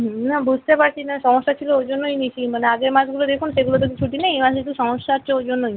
না বুঝতে পারছি না সমস্যা ছিল ওই জন্যই নিচ্ছি মানে আগের মাসগুলো দেখুন সেগুলোতে তো ছুটি নেই এই মাসে একটু সমস্যা আছে ওই জন্যই